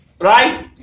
Right